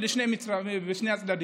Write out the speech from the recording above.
לשני הצדדים: